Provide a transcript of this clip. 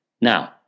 Now